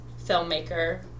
filmmaker